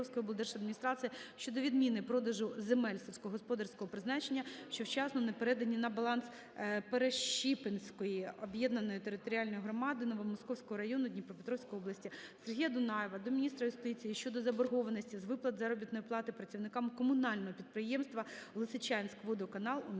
Дніпропетровської облдержадміністрації щодо відміни продажу земель сільськогосподарського призначення, що вчасно не передані на баланс Перещепинській об'єднаній територіальній громаді Новомосковського району Дніпропетровської області. Сергія Дунаєва до Міністра юстиції щодо заборгованості з виплат заробітної плати працівникам комунального підприємства "Лисичанськводоканал" у місті